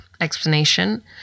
explanation